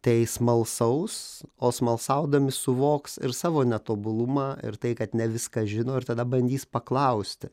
tai smalsaus o smalsaudami suvoks ir savo netobulumą ir tai kad ne viską žino ir tada bandys paklausti